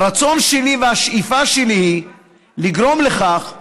הרצון שלי והשאיפה שלי היא לגרום לכך שכשנשוב,